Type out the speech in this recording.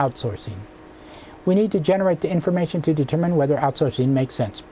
outsourcing we need to generate the information to determine whether outsourcing makes sense